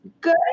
good